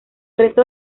resto